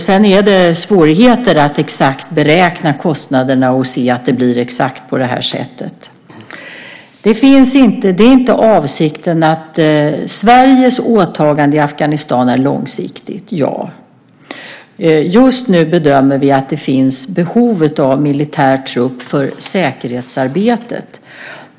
Sedan är det svårt att exakt beräkna kostnaderna och se att det blir precis på detta sätt. Sveriges åtagande i Afghanistan är långsiktigt - ja. Just nu bedömer vi att det finns behov av militär trupp för säkerhetsarbetet.